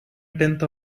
tenth